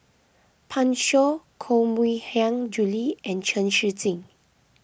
Pan Shou Koh Mui Hiang Julie and Chen Shiji